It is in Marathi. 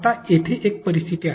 आता येथे एक परिस्थिती आहे